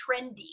trendy